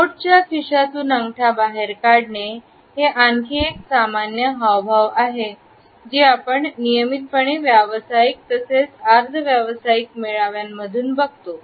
कोटच्या खिशातून अंगठा बाहेर काढणे हे आणखी एक सामान्य हावभाव आहे जे आपण नियमितपणे व्यावसायिक तसेच अर्ध व्यावसायिक मेळाव्यांमधून येतात